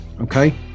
okay